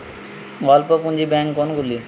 অল্প পুঁজি ব্যাঙ্ক কোনগুলি?